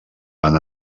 van